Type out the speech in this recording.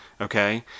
okay